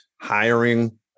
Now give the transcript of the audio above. hiring